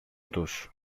τους